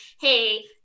hey